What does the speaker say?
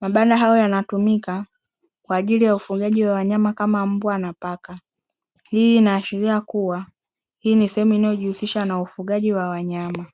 Mabanda haya yanatumika kwa ajili ya ufugaji wa wanyama kama mbwa na paka, hii inaashiria kuwa hii ni sehemu inayojihusisha na ufugaji wa wanyama.